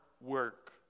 work